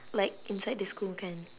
like inside the school kan